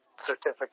certificate